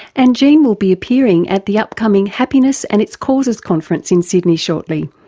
and jean will be appearing at the upcoming happiness and its causes conference in sydney shortly.